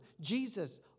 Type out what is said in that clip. Jesus